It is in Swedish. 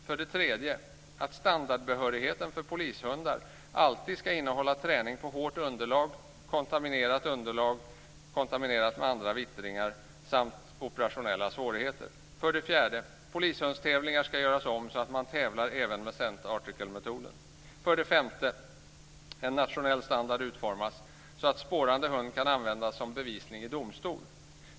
För det tredje att standardbehörigheten för polishundar alltid ska innehålla träning på hårt underlag, underlag kontaminerat med andra vittringar samt operationella svårigheter. För det fjärde att alla polishundstävlingar ska göras om så att man tävlar även med scent articlemetoden. För det femte att en nationell standard utformas så att spårande hund kan användas som bevisning i domstol.